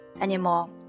anymore